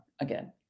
again